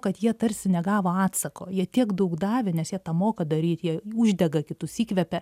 kad jie tarsi negavo atsako jie tiek daug davė nes jie tą moka daryt jie uždega kitus įkvepia